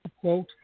quote